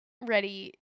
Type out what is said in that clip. ready